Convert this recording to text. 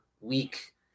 week